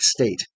state